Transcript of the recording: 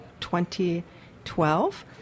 2012